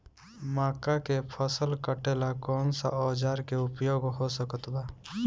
मक्का के फसल कटेला कौन सा औजार के उपयोग हो सकत बा?